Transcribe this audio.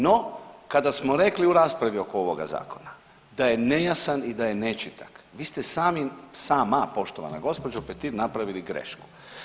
No, kada smo rekli u raspravi oko ovoga zakona da je nejasan i da je nečitak, vi ste sami, sama poštovana gospođo Petir napravili grešku.